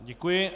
Děkuji.